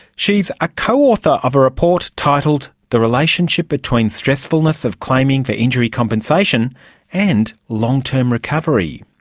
she is a co-author of a report titled the relationship between stressfulness of claiming for injury compensation and long-term recovery.